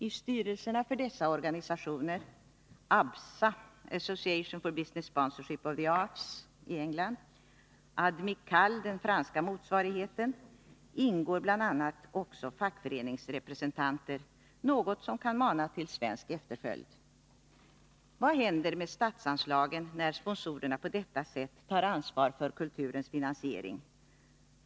I styrelserna för dessa organisationer ABSA, Association for Business Sponsorship of the Arts, i England, ADMICAL, den franska motsvarigheten — ingår bl.a. också fackföreningsrepresentanter, något som kan mana till svensk efterföljd. Vad händer med statsanslagen, när sponsorer på detta sätt tar ansvar för kulturens finansiering?